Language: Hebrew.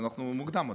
עדיין מוקדם.